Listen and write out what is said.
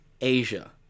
Asia